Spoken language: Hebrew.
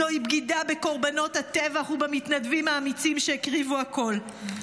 זוהי בגידה בקורבנות הטבח ובמתנדבים האמיצים שהקריבו הכול.